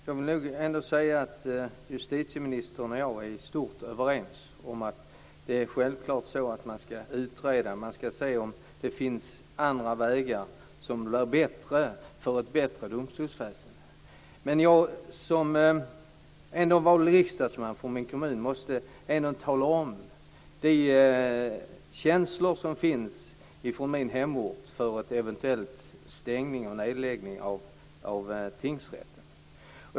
Fru talman! Justitieministern och jag är i stort sett överens om att man självfallet skall utreda. Man skall se om det finns andra vägar som blir bättre och leder till ett bättre domstolsväsende. Men som vald riksdagsman från min kommun måste jag ändå tala om de känslor som finns på min hemort inför en eventuell nedläggning av tingsrätten.